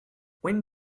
when